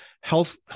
Health